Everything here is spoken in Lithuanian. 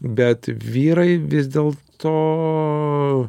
bet vyrai vis dėl to